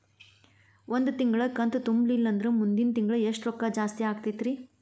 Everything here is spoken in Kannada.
ಒಂದು ತಿಂಗಳಾ ಕಂತು ತುಂಬಲಿಲ್ಲಂದ್ರ ಮುಂದಿನ ತಿಂಗಳಾ ಎಷ್ಟ ರೊಕ್ಕ ಜಾಸ್ತಿ ಆಗತೈತ್ರಿ?